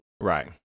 Right